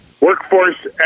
Workforce